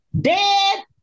dead